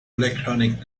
electronic